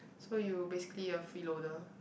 so you basically you are freeloader